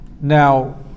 Now